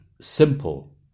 simple